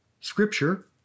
Scripture